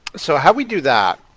so how we do that,